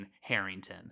Harrington